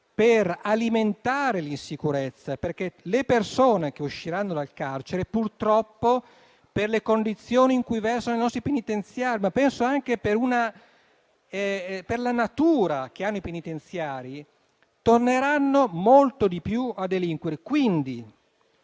per alimentare l'insicurezza, perché le persone che usciranno dal carcere, purtroppo, per le condizioni in cui versano i nostri penitenziari, ma penso anche per la natura che hanno i penitenziari, torneranno molto di più a delinquere. Quindi,